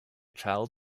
child